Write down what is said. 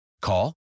Call